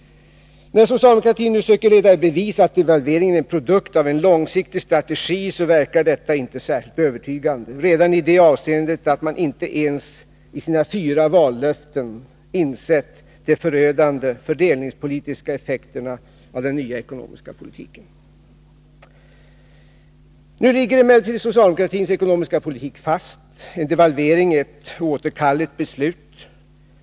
När socialdemokratin nu söker leda i bevis att devalveringen är en produkt av en långsiktig strategi verkar detta inte särskilt övertygande. Detta visar redan det faktum att man i sina fyra vallöften inte ens insett de förödande fördelningspolitiska effekterna av den nya ekonomiska politiken. Nu ligger emellertid den socialdemokratiska ekonomiska politiken fast. En devalvering är en oåterkallelig åtgärd.